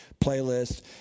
playlist